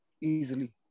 Easily